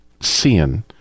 seeing